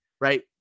right